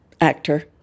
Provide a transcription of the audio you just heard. actor